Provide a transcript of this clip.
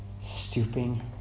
stooping